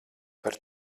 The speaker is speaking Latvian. par